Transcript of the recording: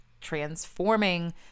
transforming